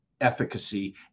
efficacy